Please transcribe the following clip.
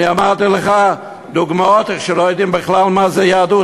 אני נתתי לך דוגמאות לכך שלא יודעים בכלל מה זה יהדות,